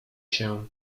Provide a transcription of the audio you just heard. się